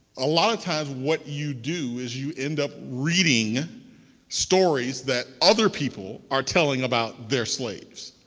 a lot of times what you do is you end up reading stories that other people are telling about their slaves.